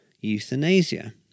euthanasia